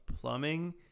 plumbing